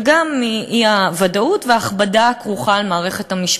וגם, האי-ודאות וההכבדה על מערכת המשפט.